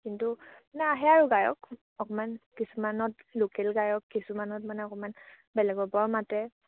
কিন্তু মানে আহে আৰু গায়ক অকমান কিছুমানত লোকেল গায়ক কিছুমানত মানে অকমান বেলেগৰ পৰাও মাতে